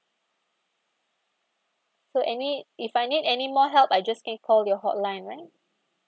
so any if I need any more help I just can call your hotline right